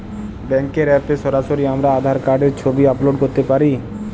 ব্যাংকের অ্যাপ এ কি সরাসরি আমার আঁধার কার্ড র ছবি আপলোড করতে পারি?